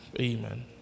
Amen